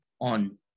on